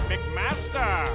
McMaster